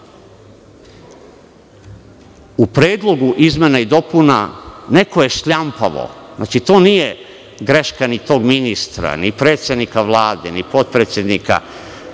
U predlogu izmena i dopuna neko je šljampavo, to nije greška ni tog ministra, ni predsednika Vlade, ni potpredsednika,